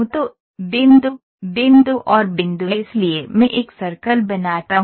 तो बिंदु बिंदु और बिंदु इसलिए मैं एक सर्कल बनाता हूं